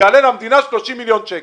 יעלה למדינה 30 מיליון שקלים.